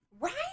Right